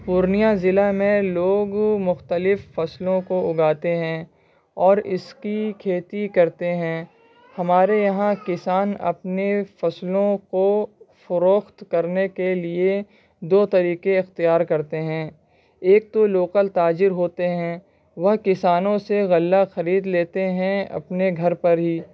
پورنیہ ضلع میں لوگ مختلف فصلوں کو اگاتے ہیں اور اس کی کھیتی کرتے ہیں ہمارے یہاں کسان اپنے فصلوں کو فروخت کرنے کے لیے دو طریقے اختیار کرتے ہیں ایک تو لوکل تاجر ہوتے ہیں وہ کسانوں سے غلہ خرید لیتے ہیں اپنے گھر پر ہی